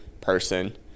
person